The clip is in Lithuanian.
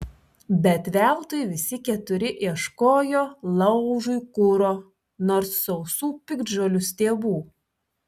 bet veltui visi keturi ieškojo laužui kuro nors sausų piktžolių stiebų